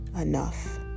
enough